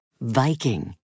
Viking